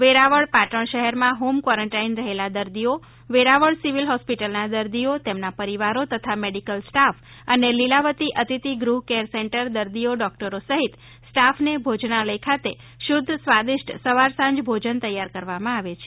વેરાવળ પાટણ શહેરમાં home quarantine રહેલા દર્દીઓ વેરાવળ સીવીલ હોસ્પિટલના દર્દીઓ તેના પરીવારો તથા મેડિકલ સ્ટાફ અને લીલાવતી અતિથી ગૃહ કેર સેન્ટર દર્દીઓ ડોક્ટરો સહિત સ્ટાફને ભોજનાલય ખાતે શુદ્ધ સ્વાદિષ્ટ સવાર સાંજ ભોજન તૈયાર કરવામાં આવે છે